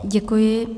Děkuji.